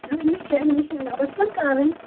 نِشٲنۍ وشٲنۍ ٲس نا کَرٕنۍ